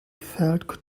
felt